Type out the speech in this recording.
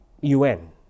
UN